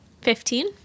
Fifteen